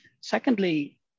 Secondly